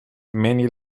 many